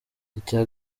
icya